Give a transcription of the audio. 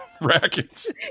rackets